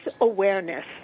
awareness